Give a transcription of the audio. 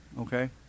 Okay